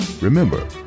Remember